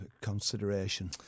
consideration